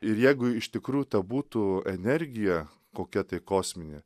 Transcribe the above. ir jeigu iš tikrų ta būtų energija kokia tai kosminė